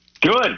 Good